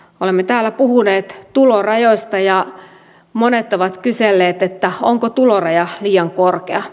olemme täällä puhuneet tulorajoista ja monet ovat kyselleet onko tuloraja liian korkea